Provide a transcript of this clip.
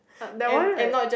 uh that one right